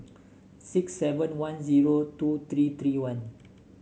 six seven one zero two three three one